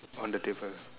on the table